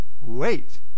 wait